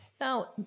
Now